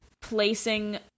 placing